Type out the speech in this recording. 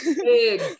Big